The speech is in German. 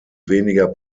weniger